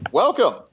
Welcome